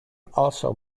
also